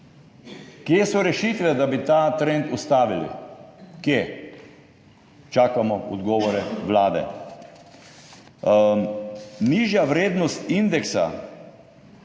Kje so rešitve, da bi ta trend ustavili? Kje? Čakamo odgovore Vlade. Nižja vrednost indeksa